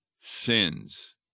sins